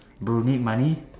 bro need money